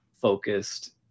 focused